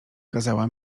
kazała